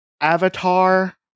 Avatar